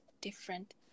different